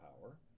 power